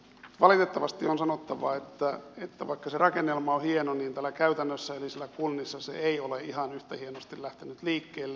valitettavasti on sanottava että vaikka se rakennelma on hieno niin käytännössä eli siellä kunnissa se ei ole ihan yhtä hienosti lähtenyt liikkeelle